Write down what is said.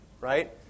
right